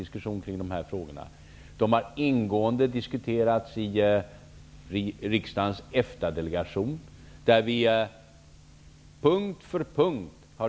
De olika förhandlingsfrågorna har ingående diskuterats i riksdagens EFTA-delegation punkt för punkt.